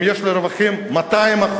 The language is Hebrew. אם יש לו רווחים של 200%,